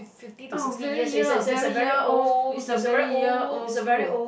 oh very year very year old it's a very year old school